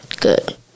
good